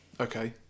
Okay